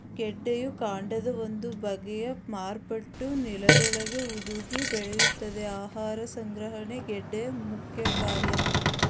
ಗೆಡ್ಡೆಯು ಕಾಂಡದ ಒಂದು ಬಗೆಯ ಮಾರ್ಪಾಟು ನೆಲದೊಳಗೇ ಹುದುಗಿ ಬೆಳೆಯುತ್ತದೆ ಆಹಾರ ಸಂಗ್ರಹಣೆ ಗೆಡ್ಡೆ ಮುಖ್ಯಕಾರ್ಯ